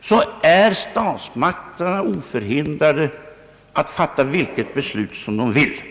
slut är statsmakterna oförhindrade att fatta vilket beslut som de vill.